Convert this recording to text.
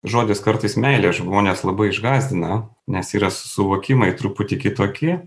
žodis kartais meilė žmones labai išgąsdina nes yra suvokimai truputį kitokie